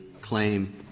claim